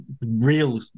real